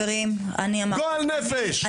גועל נפש.